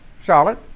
Charlotte